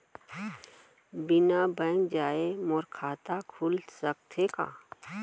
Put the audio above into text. बिना बैंक जाए मोर खाता खुल सकथे का?